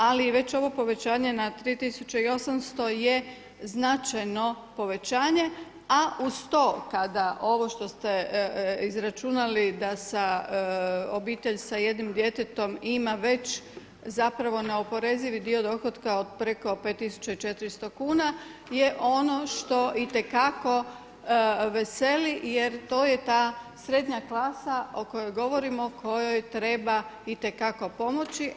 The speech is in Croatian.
Ali već ovo povećanje na 3800 je značajno povećanje, a uz to kada ovo što ste izračunali da obitelj sa jednim djetetom ima već zapravo neoporezivi dio dohotka od preko 5400 kuna je ono što itekako veseli, jer to je ta srednja klasa o kojoj govorimo, kojoj treba itekako pomoći.